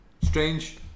Strange